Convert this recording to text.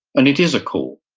and it is a call,